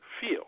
feel